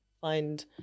find